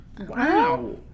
Wow